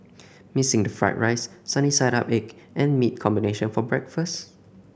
missing the fried rice sunny side up egg and meat combination for breakfast